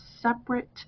separate